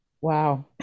Wow